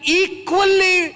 equally